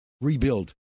rebuild